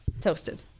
toasted